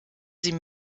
sie